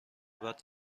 بعد